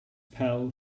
pal